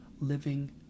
living